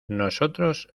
nosotros